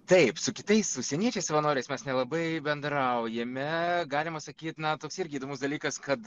taip su kitais užsieniečiais savanoriais mes nelabai bendraujame galima sakyt na toks irgi įdomus dalykas kad